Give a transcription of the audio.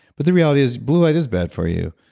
but the reality is blue light is bad for you.